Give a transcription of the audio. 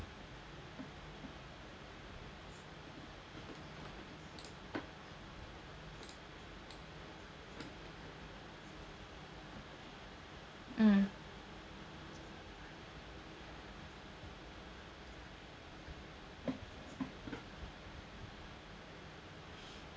mm